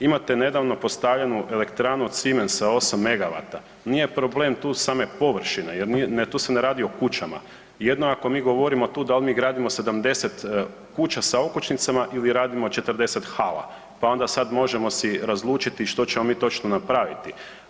Imate nedavno postavljenu elektranu od Siemensa 8 MW, nije problem tu same površine jer tu se ne radi o kućama, jedno je ako mi govorimo tu dal mi gradimo 70 kuća sa okućnicama ili radimo 40 hala pa onda sada možemo si razlučiti što ćemo mi točno napraviti.